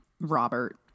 robert